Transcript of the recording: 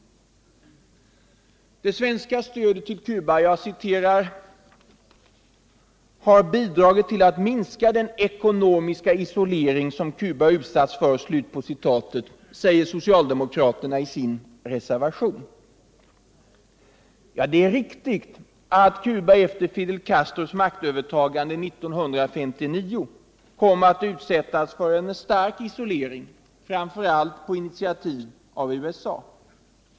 Det svenska stödet till Cuba ”har bidragit till att minska den ekonomiska isolering som Cuba utsatts för”, säger socialdemokraterna i sin reservation. Ja, det är riktigt att Cuba efter Fidel Castros maktövertagande 1959 kom att utsättas för en stark isolering, framför allt på initiativ av USA.